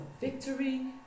victory